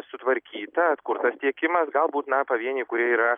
sutvarkyta atkurtas tiekimas galbūt na pavieniai kurie yra